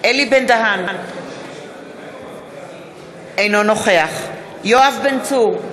אלי בן-דהן, אינו נוכח יואב בן צור,